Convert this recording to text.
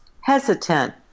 hesitant